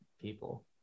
people